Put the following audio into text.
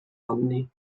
anni